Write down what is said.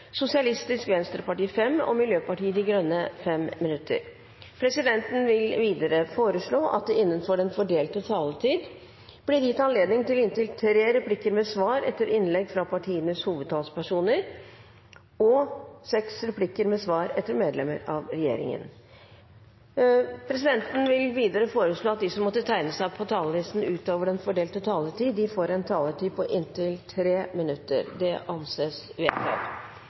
Sosialistisk Venstreparti 5 minutter og Miljøpartiet De Grønne 5 minutter. Presidenten vil videre foreslå at det blir gitt anledning til replikkordskifte på inntil tre replikker med svar etter innlegg fra partienes hovedtalspersoner og seks replikker med svar etter medlemmer av regjeringen innenfor den fordelte taletid. Presidenten vil videre foreslå at de som måtte tegne seg på talerlisten utover den fordelte taletid, får en taletid på inntil 3 minutter. – Det anses vedtatt.